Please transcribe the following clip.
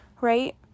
right